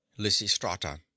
Lysistrata